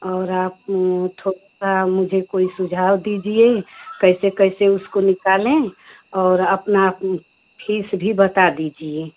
और आप थोड़ा मुझे कोई सुझाव दीजिए कैसे कैसे उसको निकालें और अपनी फीस भी बता दीजिए